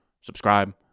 subscribe